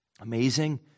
amazing